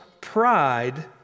pride